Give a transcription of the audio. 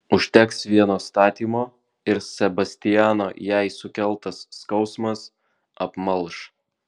užteks vieno statymo ir sebastiano jai sukeltas skausmas apmalš